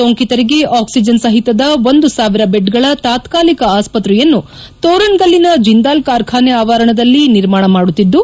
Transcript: ಸೋಂಕಿತರಿಗೆ ಆಕ್ಸಿಜನ್ ಸಹಿತದ ಒಂದು ಸಾವಿರ ಬೆಡ್ಗಳ ತಾತ್ಕಾಲಿಕ ಆಸ್ವತ್ರೆಯನ್ನು ತೋರಣಗಲ್ಲಿನ ಜಿಂದಾಲ್ ಕಾರ್ಖಾನೆ ಆವರಣದಲ್ಲಿ ನಿರ್ಮಾಣ ಮಾಡುತ್ತಿದ್ದು